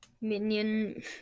Minion